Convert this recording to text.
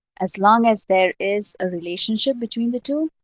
as long as there is a relationship between the two,